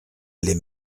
les